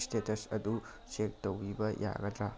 status ꯑꯗꯨ check ꯇꯧꯕꯤꯕ ꯌꯥꯒꯗ꯭ꯔ